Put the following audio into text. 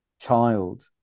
child